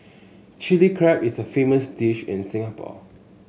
Chilli Crab is a famous dish in Singapore